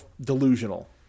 delusional